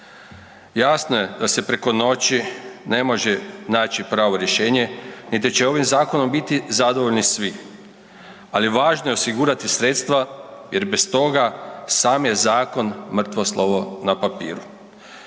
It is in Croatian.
Jasno je da se preko noć ne može naći pravo rješenje, niti će ovim zakonom biti zadovoljni svi, ali važno je osigurati sredstava jer bez toga sam je zakon mrtvo slovo na papiru.